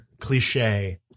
cliche